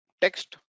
text